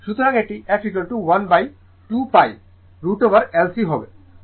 সুতরাং এটি f12 pI √ LC হবে